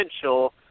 potential